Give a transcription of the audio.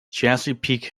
chesapeake